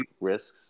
risks